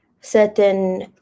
certain